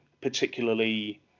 particularly